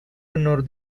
honor